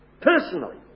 personally